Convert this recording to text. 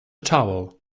towel